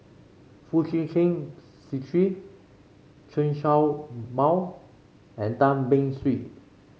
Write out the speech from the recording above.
Foo Chee Keng Cedric Chen Show Mao and Tan Beng Swee